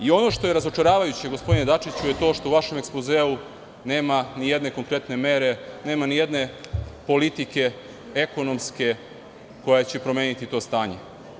Ono što je razočaravajuće, gospodine Dačiću, je to što u vašem ekspozeu nema ni jedne konkretne mere, nema ni jedne politike ekonomske koja će promeniti to stanje.